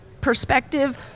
perspective